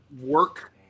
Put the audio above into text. work